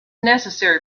necessary